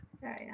Sorry